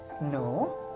no